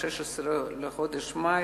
ב-16 בחודש מאי,